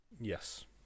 yes